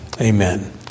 Amen